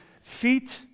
feet